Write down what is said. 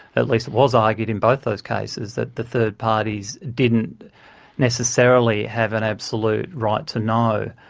at least it was argued in both those cases that the third parties didn't necessarily have an absolute right to know,